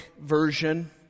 version